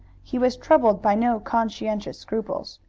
he was troubled by no conscientious scruples.